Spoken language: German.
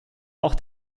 auch